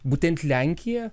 būtent lenkija